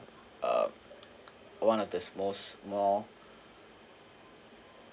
um one of the most more